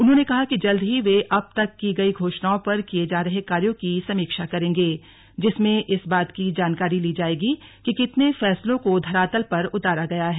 उन्होंने कहा कि जल्द ही वे अब तक की गई घोषणाओं पर किये जा रहे कार्यो की समीक्षा करेंगे जिसमें इस बात की जानकारी ली जाएगी कि कितने फैसलों को धरातल पर उतारा गया है